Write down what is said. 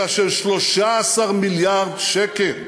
אלא של 13 מיליארד שקל.